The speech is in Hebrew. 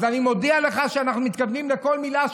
אז אני מודיע לך שאנחנו מתכוונים לכל מילה,